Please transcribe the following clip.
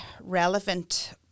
relevant